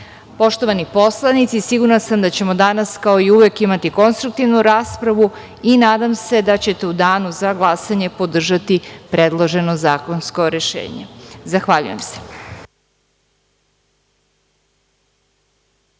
tržištu. Poštovani poslanici, sigurna sam da ćemo danas kao i uvek imati konstruktivnu raspravu i nadam se da ćete u danu za glasanje podržati predloženo zakonsko rešenje. Zahvaljujem se.